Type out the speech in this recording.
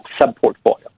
sub-portfolio